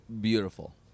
beautiful